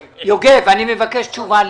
יוגב, אני מבקש לקבל תשובה.